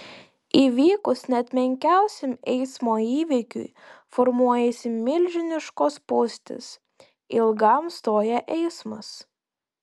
įvykus net menkiausiam eismo įvykiui formuojasi milžiniškos spūstys ilgam stoja eismas